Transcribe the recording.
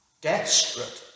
desperate